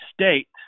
state